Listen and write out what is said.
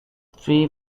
three